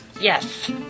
Yes